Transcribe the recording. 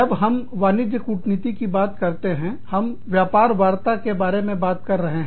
जब हम वाणिज्य कूटनीति की बात करते हैं हम व्यापार वार्ता के बारे में बात कर रहे हैं